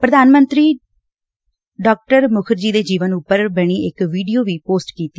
ਪ੍ਰਧਾਨ ਮੰਤਰੀ ਡਾ ਮੁਖਰਜੀ ਦੇ ਜੀਵਨ ਉਪਰ ਬਣੀ ਇਕ ਵੀਡੀਓ ਵੀ ਪੋਸਟ ਕੀਤੀ